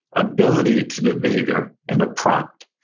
ability to do the behavior, and a prompt.